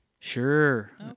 sure